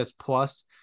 plus